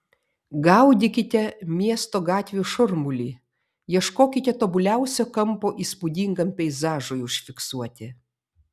gaudykite miesto gatvių šurmulį ieškokite tobuliausio kampo įspūdingam peizažui užfiksuoti